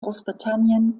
großbritannien